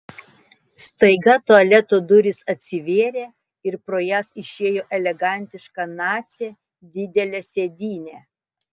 staiga tualeto durys atsivėrė ir pro jas išėjo elegantiška nacė didele sėdyne